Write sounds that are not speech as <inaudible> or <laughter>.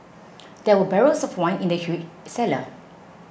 <noise> there were barrels of wine in the huge cellar